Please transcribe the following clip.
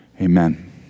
amen